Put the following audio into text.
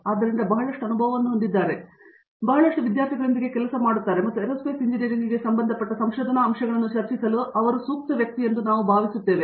ಆದ್ದರಿಂದ ಅವರು ಬಹಳಷ್ಟು ಅನುಭವವನ್ನು ಹೊಂದಿದ್ದಾರೆ ಬಹಳಷ್ಟು ವಿದ್ಯಾರ್ಥಿಗಳೊಂದಿಗೆ ಕೆಲಸ ಮಾಡುತ್ತಾರೆ ಮತ್ತು ಏರೋಸ್ಪೇಸ್ ಇಂಜಿನಿಯರಿಂಗ್ಗೆ ಸಂಬಂಧಪಟ್ಟ ಸಂಶೋಧನಾ ಅಂಶಗಳನ್ನು ಚರ್ಚಿಸಲು ಅವರು ಸೂಕ್ತವೆಂದು ನಾವು ಭಾವಿಸುತ್ತೇವೆ